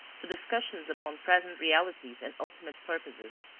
to discussions upon present realities and ultimate purposes,